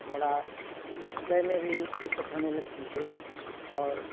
थोड़ा हृदय में भी दिक्कत होने लगती है और